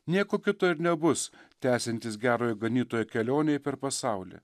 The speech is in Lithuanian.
nieko kito ir nebus tęsiantis gerojo ganytojo kelionei per pasaulį